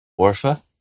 Orpha